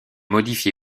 modifié